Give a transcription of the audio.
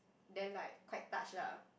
then like quite touched lah